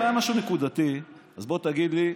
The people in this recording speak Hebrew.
אם היה משהו נקודתי אז בוא תגיד לי,